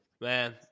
man